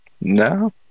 No